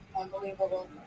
Unbelievable